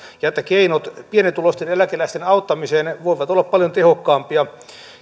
että keinot pienituloisten eläkeläisten auttamiseen voivat olla paljon tehokkaampia